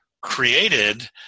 created